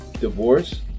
divorce